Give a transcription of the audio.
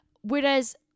whereas